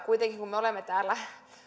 kuitenkin me olemme täällä